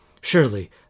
Surely